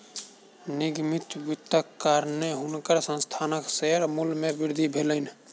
निगमित वित्तक कारणेँ हुनकर संस्थानक शेयर मूल्य मे वृद्धि भेलैन